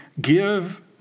give